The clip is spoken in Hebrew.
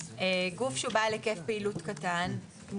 גוף שמפסיק להיות בעל היקף פעילות קטן הוא